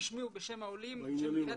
בשמי ובשם העולים אני מודה לו.